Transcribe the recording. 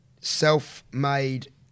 self-made